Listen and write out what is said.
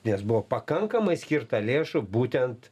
nes buvo pakankamai skirta lėšų būtent